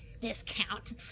Discount